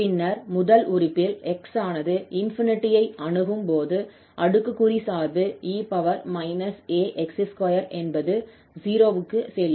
பின்னர் முதல் உறுப்பில் 𝑥 ஆனது ∞ ஐ அணுகும்போது அடுக்குக்குறி சார்பு e ax2 என்பது 0 க்குச் செல்லும்